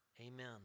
Amen